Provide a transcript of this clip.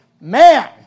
man